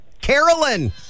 Carolyn